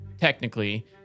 technically